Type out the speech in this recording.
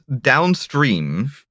downstream